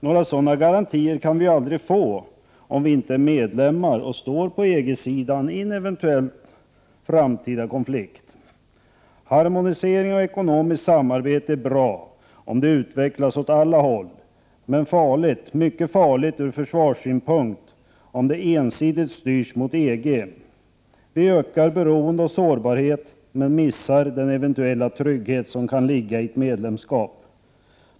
Några sådana garantier kan vi ju aldrig få om vi inte är medlemmar och står på EG-sidan i en eventuell framtida konflikt. Harmonisering och ekonomiskt samarbete är bra om de utvecklas åt alla håll men farligt, mycket farligt, ur försvarssynpunkt om de ensidigt styrs mot EG. Vi ökar beroende och sårbarhet, men vi missar den eventuella trygghet som kan ligga i ett medlemskap.